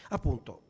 Appunto